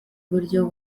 buryo